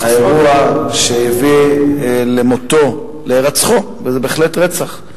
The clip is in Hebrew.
האירוע שהביא למותו, להירצחו, וזה בהחלט רצח,